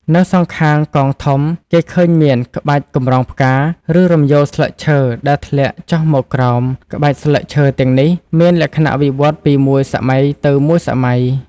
នៅសងខាងកងធំ គេឃើញមាន ក្បាច់កម្រងផ្កា ឬរំយោលស្លឹកឈើ ដែលធ្លាក់ចុះមកក្រោម ក្បាច់ស្លឹកឈើទាំងនេះមានលក្ខណៈវិវត្តន៍ពីមួយសម័យទៅមួយសម័យ។